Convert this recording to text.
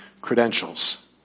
credentials